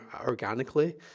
organically